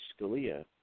Scalia